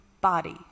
body